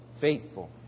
faithful